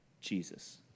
Jesus